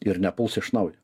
ir nepuls iš naujo